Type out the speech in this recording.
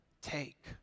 take